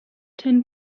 ten